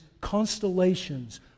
constellations